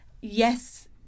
Yes